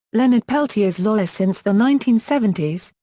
leonard peltier's lawyer since the nineteen seventy s,